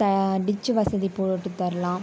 த டிச்சு வசதி போட்டு தரலாம்